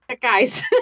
guys